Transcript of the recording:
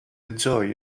enjoy